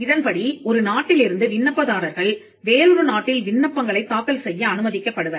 இதன்படி ஒரு நாட்டிலிருந்து விண்ணப்பதாரர்கள் வேறொரு நாட்டில் விண்ணப்பங்களைத் தாக்கல் செய்ய அனுமதிக்கப்படுவர்